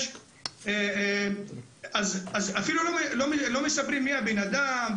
אז אפילו לא מפרסמים מי הבן-אדם,